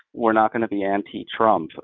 we're not going to be anti-trump,